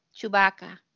chewbacca